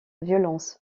violence